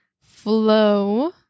flow